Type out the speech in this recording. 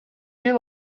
you